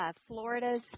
Florida's